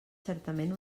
certament